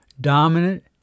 dominant